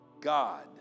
God